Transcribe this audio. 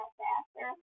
faster